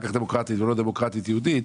כך דמוקרטית ולא קודם דמוקרטית ואחר כך יהודית.